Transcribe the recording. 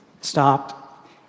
stopped